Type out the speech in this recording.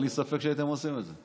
אין לי ספק שהייתם עושים את זה.